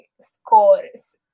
scores